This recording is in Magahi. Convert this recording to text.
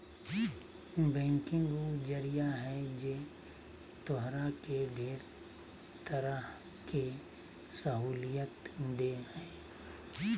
बैंकिंग उ जरिया है जे तोहरा के ढेर तरह के सहूलियत देह हइ